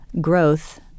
growth